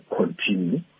continue